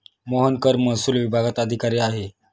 मोहन कर महसूल विभागात अधिकारी आहे